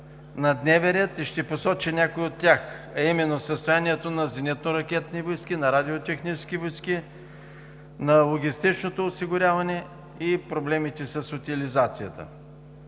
на дневен ред, и ще посоча някои от тях, а именно състоянието на Зенитно-ракетни войски, на Радио-технически войски, на логистичното осигуряване и проблемите с утилизацията.